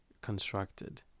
constructed